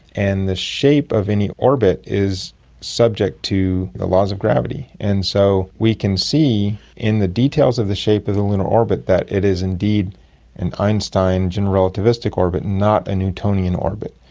and the shape of any orbit is subject to the laws of gravity. and so we can see in the details of the shape of the lunar orbit that it is indeed in einstein general and relativistic orbit, not a newtonian orbit.